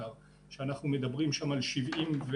כשאנחנו מדברים שם על 79%,